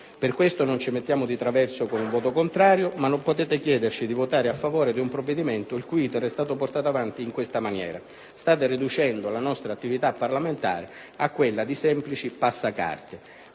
Per questo non ci mettiamo di traverso con un voto contrario, ma non potete chiederci di votare a favore di un provvedimento il cui *iter* è stato portato avanti in questa maniera. State riducendo la nostra attività parlamentare a quella di semplici passacarte.